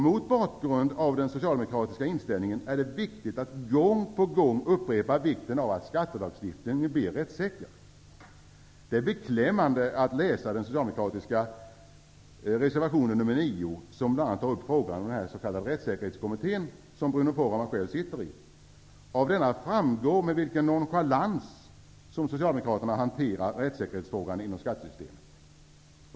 Mot bakgrund av den socialdemokratiska inställningen är det viktigt att gång på gång betona vikten av att skattelagstiftningen är rättssäker. Det är beklämmande att läsa den socialdemokratiska reservationen, nr 9, där man tar upp frågan om den s.k. Rättssäkerhetskommittén, som Bruno Poromaa själv är ledamot av. Av reservationen framgår med vilken nonchalans som socialdemokraterna hanterar rättssäkerhetsfrågorna inom skattesystemet.